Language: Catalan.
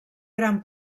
gran